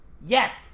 Yes